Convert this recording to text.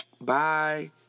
Bye